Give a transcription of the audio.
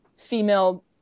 female